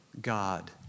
God